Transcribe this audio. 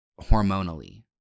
hormonally